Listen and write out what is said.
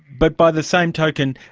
but by the same token,